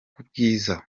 kubwiza